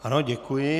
Ano, děkuji.